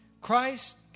Christ